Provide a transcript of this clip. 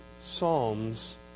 psalms